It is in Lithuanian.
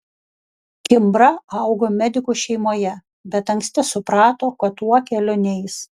kimbra augo medikų šeimoje bet anksti suprato kad tuo keliu neis